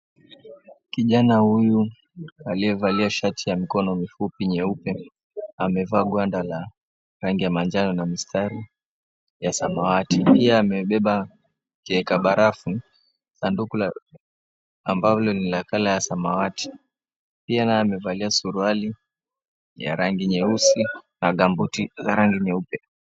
Kijana huyu aliyevalia shati ya mikono mifupi nyeupe amevaa gwanda la rangi ya manjano na mistari ya samawati, pia amebeba kabarafu sanduku ambalo lina colour ya samawati. Pia yeye amevalia suruali ya rangi nyeusi na gumbuti ya rangi nyeupe.